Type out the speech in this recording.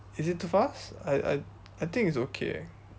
is it too fast I I I think it's okay eh